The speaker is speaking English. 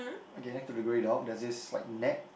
okay next to the grey dog there's this like net